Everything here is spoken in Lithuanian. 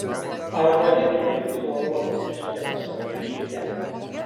ar norėtumei chloruotos vištienos savo lėkštėje